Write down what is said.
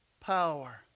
power